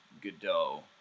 Godot